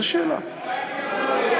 איזו שאלה.